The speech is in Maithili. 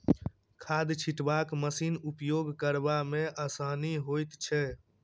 खाद छिटबाक मशीनक उपयोग करबा मे आसानी होइत छै